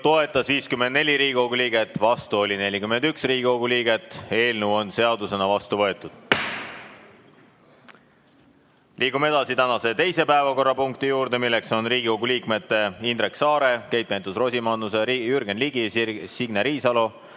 toetas 54 Riigikogu liiget, vastu oli 41 Riigikogu liiget. Eelnõu on seadusena vastu võetud. Liigume edasi tänase teise päevakorrapunkti juurde, milleks on Riigikogu liikmete Indrek Saare, Keit Pentus-Rosimannuse, Jürgen Ligi, Signe Riisalo,